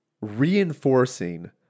reinforcing